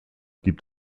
gibt